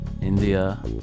India